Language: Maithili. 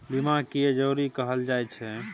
बीमा किये जरूरी कहल जाय छै?